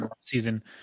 season